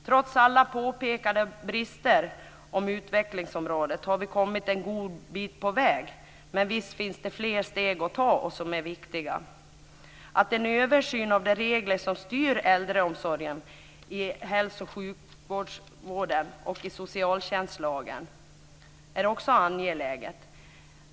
Trots alla påpekanden om brister på utvecklingsområdet har vi kommit en god bit på väg. Men visst finns det fler viktiga steg att ta. Att en översyn sker av de regler som styr äldreomsorgen i hälso och sjukvården och i socialtjänstlagen är också angeläget.